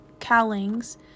Callings